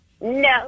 No